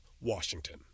Washington